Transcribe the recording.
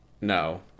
no